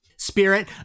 Spirit